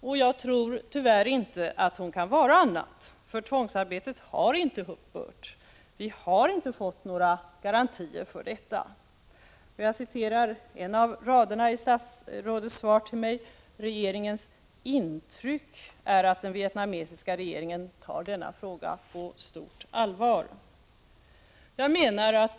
Och jag tror tyvärr inte hon kan vara annat. Tvångsarbetet har inte upphört. Vi har inte fått några garantier för detta. Jag citerar en av raderna i statsrådets svar till mig: ”Regeringens intryck är att den vietnamesiska regeringen tar denna fråga på stort allvar ——-".